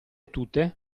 tutte